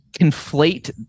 conflate